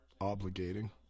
obligating